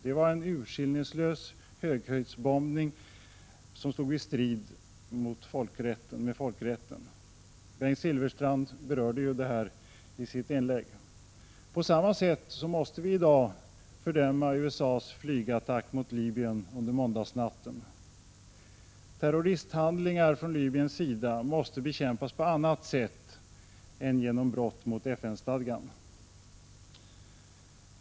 Det var en urskillningslös höghöjdsbombning, som stod i strid med folkrätten. Bengt Silfverstrand berörde detta i sitt inlägg. På samma sätt måste vi i dag fördöma USA:s flygattack mot Libyen under måndagsnatten. Terroristhandlingar från Libyens sida måste bekämpas på annat sätt än genom brott mot FN-stadgan.